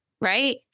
Right